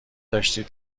داشتید